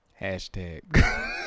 hashtag